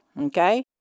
okay